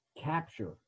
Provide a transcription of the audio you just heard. capture